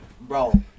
bro